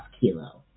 kilo